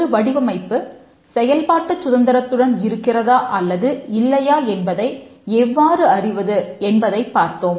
ஒரு வடிவமைப்பு செயல்பாட்டுச் சுதந்திரத்துடன் இருக்கிறதா அல்லது இல்லையா என்பதை எவ்வாறு அறிவது என்பதைப் பார்த்தோம்